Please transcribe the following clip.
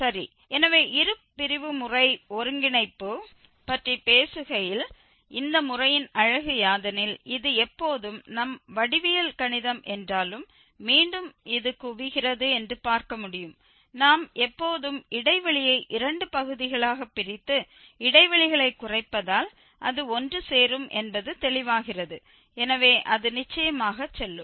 சரி எனவே இருபிரிவு முறை ஒருங்கிணைப்பு பற்றி பேசுகையில் இந்த முறையின் அழகு யாதெனில் இது எப்போதும் நம் வடிவியல் கணிதம் என்றாலும் மீண்டும் இது குவிகிறது என்று பார்க்க முடியும் நாம் எப்போதும் இடைவெளியை இரண்டு பகுதிகளாகப் பிரித்து இடைவெளிகளைக் குறைப்பதால் அது ஒன்றுசேரும் என்பது தெளிவாகிறது எனவே அது நிச்சயமாக செல்லும்